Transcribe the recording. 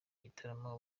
gitaramo